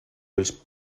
ulls